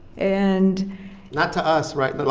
and not to us, right? but